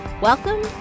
Welcome